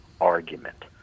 argument